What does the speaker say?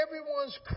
everyone's